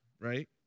right